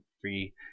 free